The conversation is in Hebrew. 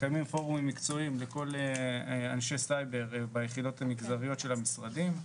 מקיימים פורומים מקצועיים לכל אנשי סייבר ביחידות המגזריות של המשרדים.